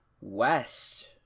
West